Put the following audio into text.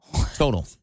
total